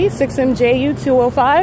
6MJU205